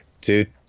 dude